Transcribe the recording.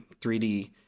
3D